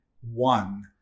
one